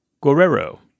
Guerrero